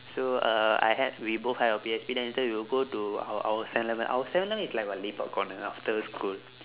so uh I hide we both hide our P_S_P then later we will go to ou~ our seven eleven our seven eleven is like a lepak corner after school